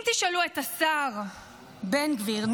אם תשאלו את השר בן גביר,